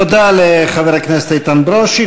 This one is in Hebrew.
תודה לחבר הכנסת איתן ברושי.